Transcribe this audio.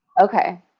Okay